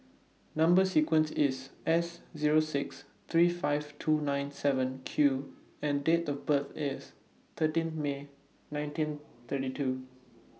Number sequence IS S Zero six three five two nine seven Q and Date of birth IS thirteen May nineteen thirty two